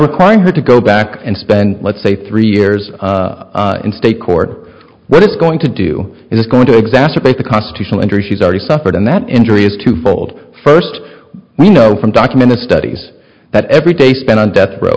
her to go back and spend let's say three years in state court what it's going to do is going to exacerbate the constitutional injury she's already suffered and that injury is twofold first we know from documented studies that every day spent on death row